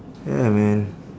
ya man